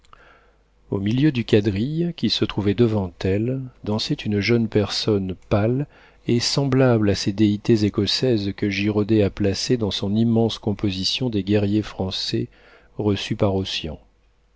au milieu du quadrille qui se trouvait devant elle dansait une jeune personne pâle et semblable à ces déités écossaises que girodet a placées dans son immense composition des guerriers français reçus par